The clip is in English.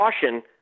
caution